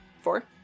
Four